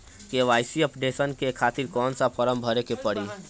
KYC updation के खातिर कौन सा फारम भरे के पड़ी?